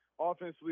Offensively